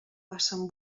passen